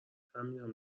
همینم